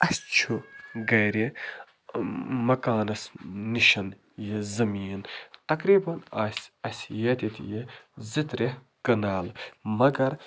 اَسہِ چھُ گَرِ مَکانس نِش یہِ زٔمیٖن تقریٖباً آسہِ اَسہِ ییٚتٮ۪تھ یہِ زٕترٛےٚ کَنال مگر